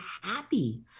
happy